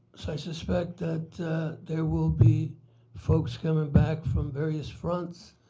so i suspect that there will be folks coming back from various fronts.